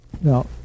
Now